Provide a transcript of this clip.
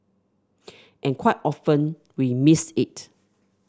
and quite often we missed it